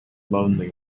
lonely